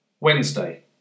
Wednesday